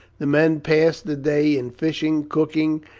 the men passed the day in fishing, cooking,